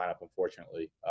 unfortunately